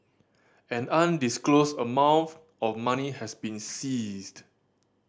an undisclosed amount of money has been seized